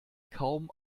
kaum